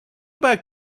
back